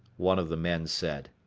one of the men said.